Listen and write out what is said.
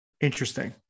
Interesting